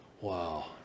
wow